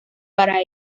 para